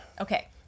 Okay